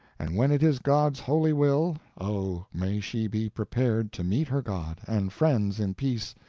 and when it is god's holy will, o, may she be prepared to meet her god and friends in peace,